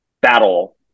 battle